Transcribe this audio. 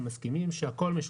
הם מסכימים שהכול משותף.